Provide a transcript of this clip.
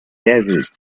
desert